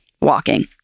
walking